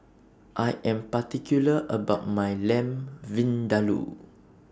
I Am particular about My Lamb Vindaloo